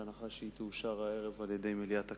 בהנחה שהיא תאושר הערב על-ידי מליאת הכנסת,